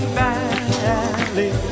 valley